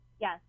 Yes